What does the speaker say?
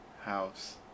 house